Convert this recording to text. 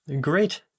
Great